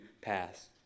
pass